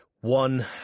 one